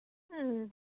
ꯎꯝ